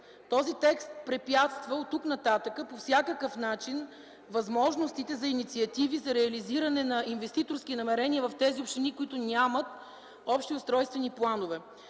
Този текст препятства оттук нататък по всякакъв начин възможностите за инициативи, за реализиране на инвеститорски намерения в общините, които нямат общи устройствени планове.